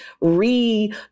re